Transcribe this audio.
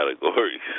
categories